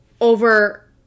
over